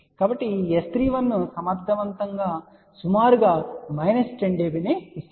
కాబట్టి ఈ S31 సమర్థవంతంగా సుమారుగా మైనస్ 10 dB ని ఇస్తుంది